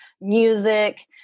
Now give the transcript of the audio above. music